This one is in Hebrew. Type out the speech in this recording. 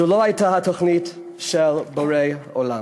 זו לא הייתה התוכנית של בורא עולם.